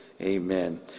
Amen